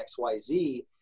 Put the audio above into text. xyz